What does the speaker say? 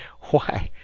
why,